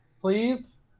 please